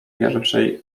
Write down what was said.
pierwszej